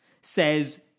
says